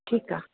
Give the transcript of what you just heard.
ठीकु आहे